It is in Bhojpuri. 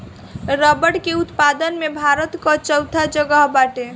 रबड़ के उत्पादन में भारत कअ चउथा जगह बाटे